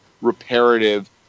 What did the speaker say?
reparative